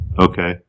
Okay